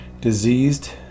diseased